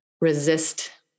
resist